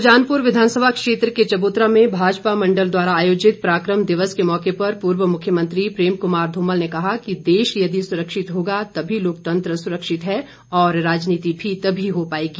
सुजानपुर विधानसभा क्षेत्र के चबूतरा में भाजपा मण्डल द्वारा आयोजित पराक्रम दिवस के मौके पर पूर्व मुख्यमंत्री प्रेम कुमार धूमल ने कहा कि देश यदि सुरक्षित होगा तभी लोकतंत्र सुरक्षित है और राजनीति भी तभी हो पाएगी